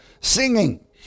singing